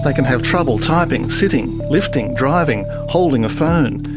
like can have trouble typing, sitting, lifting, driving, holding a phone.